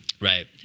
Right